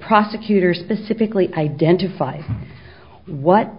prosecutor specifically identified what